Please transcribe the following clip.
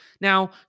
Now